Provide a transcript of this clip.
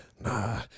Nah